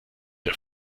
der